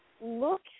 Look